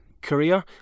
career